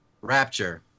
Rapture